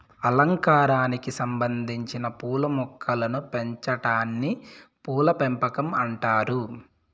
అలంకారానికి సంబందించిన పూల మొక్కలను పెంచాటాన్ని పూల పెంపకం అంటారు